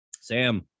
Sam